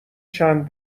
چند